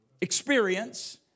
experience